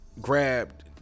grabbed